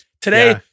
today